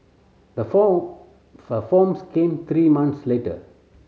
the form for forms came three months later